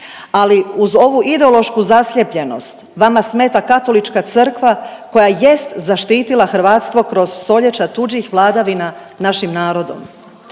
ali uz ovu ideološku zaslijepljenost vama smeta katolička crkva koja jest zaštitila hrvatstvo kroz stoljeća tuđih vladavina našim narodom.